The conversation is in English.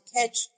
catch